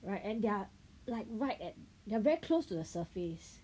right and they're like right at the very close to the surface